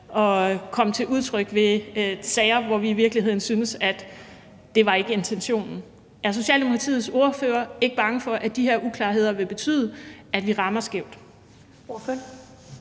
så kommer til udtryk i sager, hvor vi i virkeligheden synes, at det ikke var intentionen? Er Socialdemokratiets ordfører ikke bange for, at de her uklarheder vil betyde, at vi rammer skævt?